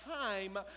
time